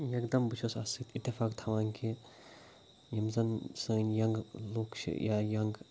یَکدَم بہٕ چھُس اَتھ سۭتۍ اِتفاق تھاوان کہِ یِم زَن سٲنۍ یَنٛگ لُکھ چھِ یا یَنٛگ